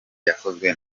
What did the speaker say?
yakozwe